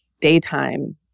daytime